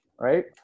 Right